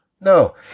no